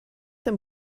them